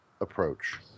approach